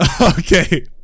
Okay